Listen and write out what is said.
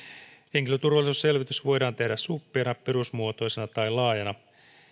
henkilöturvallisuusselvitys voidaan tehdä suppeana perusmuotoisena tai laajana